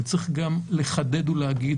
אבל צריך גם לחדד ולהגיד.